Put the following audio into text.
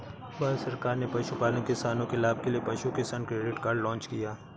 भारत सरकार ने पशुपालन किसानों के लाभ के लिए पशु किसान क्रेडिट कार्ड लॉन्च किया